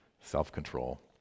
self-control